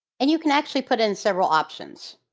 and you can actually put in several options.